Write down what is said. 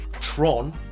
Tron